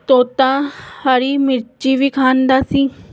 ਤੋਤਾ ਹਰੀ ਮਿਰਚ ਵੀ ਖਾਂਦਾ ਸੀ